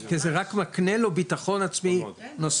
כי זה רק מקנה לו ביטחון עצמו נוסף.